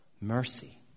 mercy